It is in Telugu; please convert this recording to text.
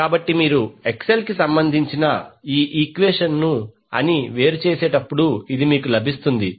కాబట్టి మీరు XL కి సంబంధించిన ఈక్వెషన్ అని వేరుచేసేటప్పుడు ఇది మీకు లభిస్తుంది